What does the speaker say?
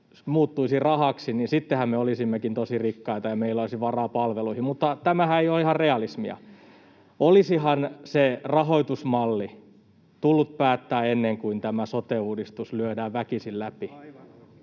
muuttuisi rahaksi, niin sittenhän me olisimmekin tosi rikkaita ja meillä olisi varaa palveluihin, mutta tämähän ei ole ihan realismia. Olisihan se rahoitusmalli tullut päättää ennen kuin tämä sote-uudistus lyödään väkisin läpi.